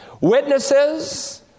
Witnesses